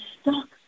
stuck